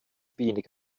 wenig